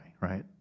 right